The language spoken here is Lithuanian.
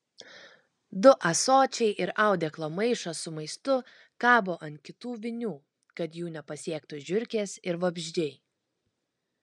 du ąsočiai ir audeklo maišas su maistu kabo ant kitų vinių kad jų nepasiektų žiurkės ir vabzdžiai